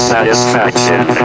Satisfaction